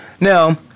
Now